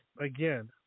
again